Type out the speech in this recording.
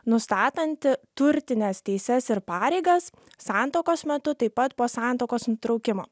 nustatantį turtines teises ir pareigas santuokos metu taip pat po santuokos nutraukimo